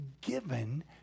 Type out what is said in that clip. given